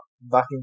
back